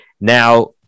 Now